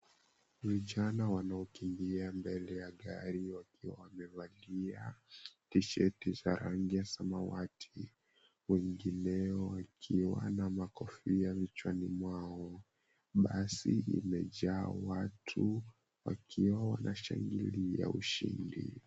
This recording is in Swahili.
Vijana wanaokimbia mbele ya gari wakiwa wamevalia tisheti za rangi ya samawati. Wengineo wakiwa na makofia vichwani mwao. Basi limejaa watu wakiwa wanashangilia ushindi.